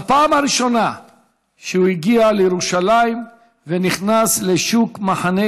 בפעם הראשונה שהוא הגיע לירושלים ונכנס לשוק מחנה